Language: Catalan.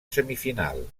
semifinal